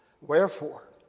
wherefore